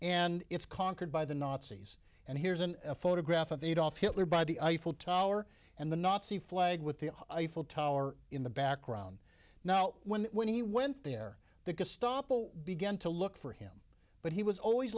and it's conquered by the nazis and here's an photograph of adolf hitler by the eiffel tower and the nazi flag with the eiffel tower in the background now when he went there the gestapo began to look for him but he was always